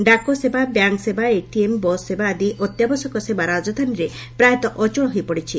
ଡାକସେବା ବ୍ୟାଙ୍କସେବା ଏଟିଏମ୍ ବସ୍ସେବା ଆଦି ଅତ୍ୟାବଶ୍ୟକ ସେବା ରାଜଧାନୀରେ ପ୍ରାୟତଃ ଅଚଳ ହୋଇପଡିଛି